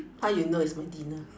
how you know it's my dinner